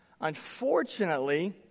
Unfortunately